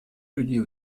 людей